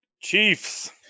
Chiefs